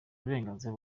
uburenganzira